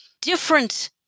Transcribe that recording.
different